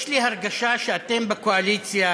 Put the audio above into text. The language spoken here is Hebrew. יש לי הרגשה שאתם בקואליציה,